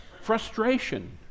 Frustration